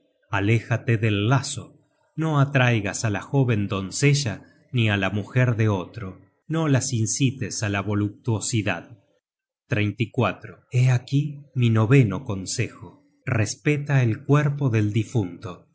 aléjate del lazo no atraigas á la jóven doncella ni á la mujer de otro no las incites á la voluptuosidad hé aquí mi noveno consejo respeta el cuerpo del difunto